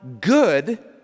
good